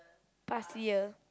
past year